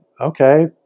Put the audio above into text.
okay